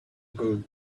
good